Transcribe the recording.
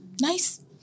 nice